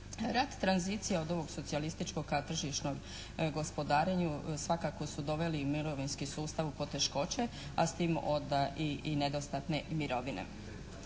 Rat tranzicije od ovog socijalističkog tržišnog gospodarenja svakako su doveli i mirovinski sustav u poteškoće, a s tim onda i nedostatne mirovine.